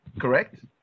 correct